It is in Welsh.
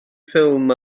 ffilm